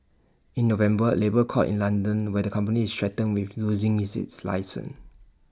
in November A labour court in London where the company is threatened with losing its its license